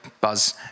buzz